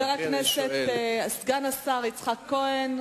סגן השר יצחק כהן.